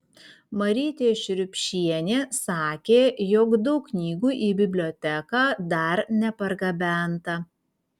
marytė šriubšienė sakė jog daug knygų į biblioteką dar nepargabenta